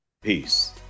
Peace